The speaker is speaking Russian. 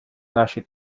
нашей